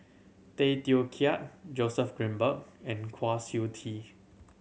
Tay Teow Kiat Joseph Grimberg and Kwa Siew Tee